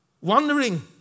wondering